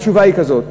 התשובה היא כזאת,